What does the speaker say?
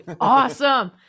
awesome